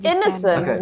Innocent